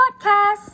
Podcast